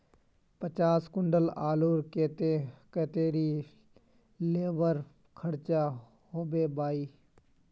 पचास कुंटल आलूर केते कतेरी लेबर खर्चा होबे बई?